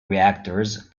reactors